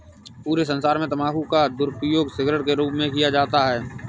पूरे संसार में तम्बाकू का दुरूपयोग सिगरेट के रूप में किया जाता है